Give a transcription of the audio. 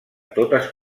totes